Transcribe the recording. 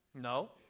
No